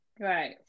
Right